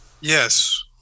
Yes